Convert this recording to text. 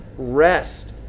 Rest